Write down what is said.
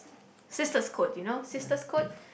sisters code you know sisters code